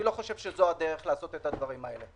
אני לא חושב שזו הדרך לעשות את הדברים האלה.